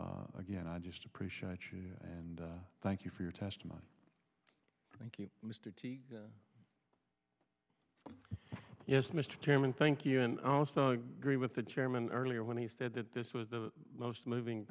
again i just appreciate you and thank you for your testimony thank you mr teague yes mr chairman thank you and i also agree with the chairman earlier when he said that this was the most moving